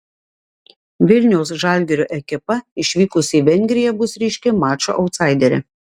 vilniaus žalgirio ekipa išvykusi į vengriją bus ryški mačo autsaiderė